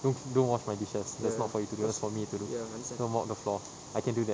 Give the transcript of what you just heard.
don't don't wash my dishes that's not for you to do that's for me to do don't mop the floor I can do that